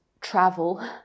travel